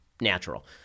natural